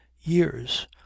years